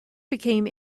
became